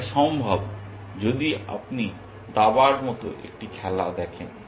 এটা সম্ভব যদি আপনি দাবার মত একটি খেলা দেখেন